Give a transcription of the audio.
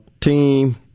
team